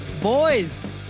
Boys